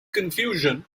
confusion